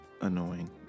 annoying